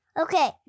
Okay